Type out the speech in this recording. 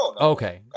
okay